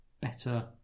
better